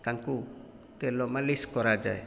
ତାଙ୍କୁ ତେଲ ମାଲିଶ କରାଯାଏ